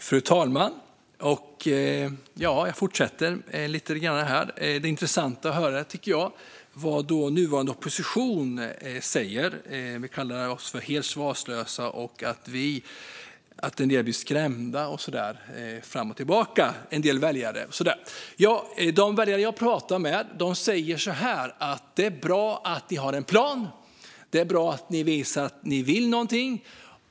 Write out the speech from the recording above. Fru talman! Det är intressant att höra, tycker jag, vad den nuvarande oppositionen säger. Det sägs att vi är helt svarslösa och att en del väljare blir skrämda. De väljare jag pratar med säger: Det är bra att ni har en plan. Det är bra att ni visar att ni vill någonting.